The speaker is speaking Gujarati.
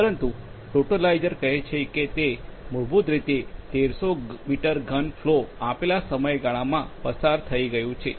પરંતુ ટોટલાઇઝર કહે છે કે તે છે તે મૂળભૂત રીતે 1300 મીટર ઘન ફ્લો આપેલા સમયગાળામાં પસાર થઈ ગયું છે